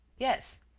yes.